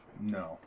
No